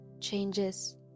changes